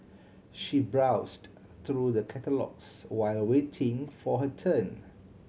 she browsed through the catalogues while waiting for her turn